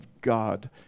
God